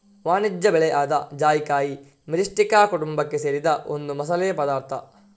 ವಾಣಿಜ್ಯ ಬೆಳೆ ಆದ ಜಾಯಿಕಾಯಿ ಮಿರಿಸ್ಟಿಕಾ ಕುಟುಂಬಕ್ಕೆ ಸೇರಿದ ಒಂದು ಮಸಾಲೆ ಪದಾರ್ಥ